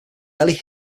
early